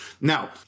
Now